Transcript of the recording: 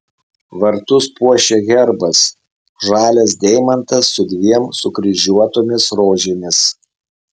vartus puošia herbas žalias deimantas su dviem sukryžiuotomis rožėmis